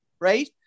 right